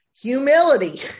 humility